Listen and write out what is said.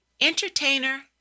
entertainer